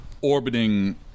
orbiting